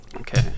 Okay